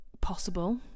possible